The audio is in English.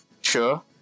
Sure